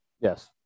Yes